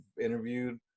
interviewed